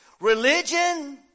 religion